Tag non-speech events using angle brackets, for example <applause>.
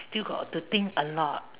<noise> still got to think a lot